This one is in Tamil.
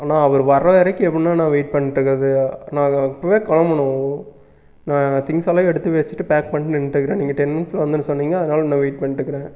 அண்ணா அவர் வர வரைக்கும் எப்படின்னா நான் வெய்ட் பண்ணிட்டுருக்கறது நாங்கள் அப்பவே கிளம்புனோம் நா திங்ஸ் எல்லாம் எடுத்து வச்சுட்டு பேக் பண்ணிட்டு நின்றுட்டுக்குறேன் நீங்கள் டென் மினிட்ஸ்ல வந்து சொன்னிங்கள் அதனால் இன்னும் வெய்ட் பண்ணிட்டுக்குறேன்